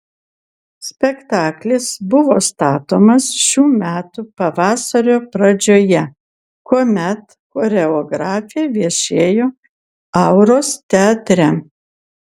spektaklis buvo statomas šių metų pavasario pradžioje kuomet choreografė viešėjo auros teatre